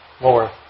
more